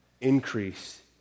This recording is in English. increase